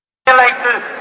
regulators